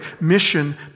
mission